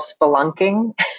spelunking